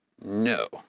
No